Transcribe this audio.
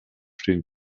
stehen